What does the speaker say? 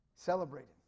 Celebrated